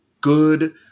good